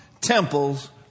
temples